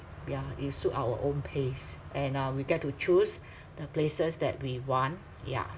yeah it suit our own pace and uh we get to choose the places that we want yeah